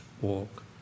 walk